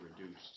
reduced